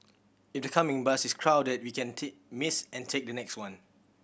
if the coming bus is crowded we can miss and take the next one